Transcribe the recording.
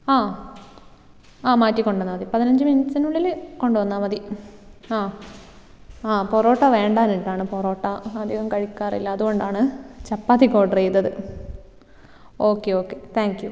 ആ ആ മാറ്റി കൊണ്ടു തന്നാൽ മതി പതിനഞ്ച് മിനിറ്റ്സിനുള്ളിൽ കൊണ്ടു വന്നാൽ മതി ആ ആ പൊറോട്ട വേണ്ടാഞ്ഞിട്ടാണ് പൊറോട്ട അധികം കഴിക്കാറില്ല അതുകൊണ്ടാണ് ചപ്പാത്തിക്ക് ഓർഡർ ചെയ്തത് ഓക്കെ ഓക്കെ താങ്ക് യൂ